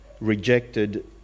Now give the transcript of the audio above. rejected